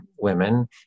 women